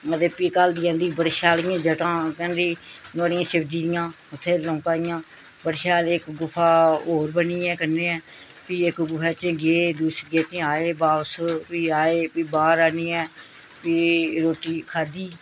मतलब फ्ही घालदी जंदी शैल इयां जटां बड़ी शिवजी दियां उत्थें लमकै दियां बड़ी शैल गुफा होर बनी ऐ कन्नै गै फ्ही इक गुफा च गे कुछ आए बापस फ्ही आए फ्ही बाह्र आह्नियै फ्ही रुट्टी खाद्धी